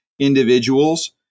individuals